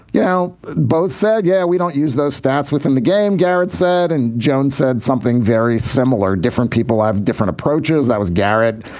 yeah. both sad. yeah. we don't use those stats within the game, garrett said. and jones said something very similar. different people have different approaches. that was garrett,